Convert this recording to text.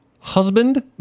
husband